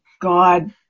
God